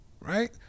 right